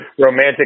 romantic